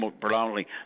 predominantly